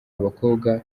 abakobwa